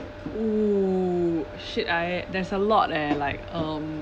oo shit I there's a lot leh like um